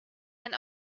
ein